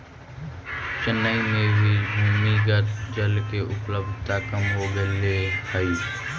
चेन्नई में भी भूमिगत जल के उपलब्धता कम हो गेले हई